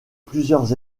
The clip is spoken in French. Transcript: plusieurs